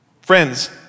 Friends